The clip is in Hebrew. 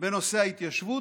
בנושא ההתיישבות,